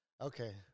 Okay